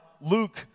Luke